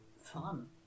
fun